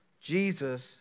Jesus